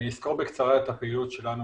אני אסקור בקצרה את הפעילות שלנו